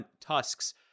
tusks